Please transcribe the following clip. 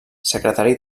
secretari